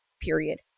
period